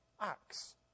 acts